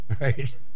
right